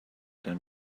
that